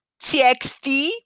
TXT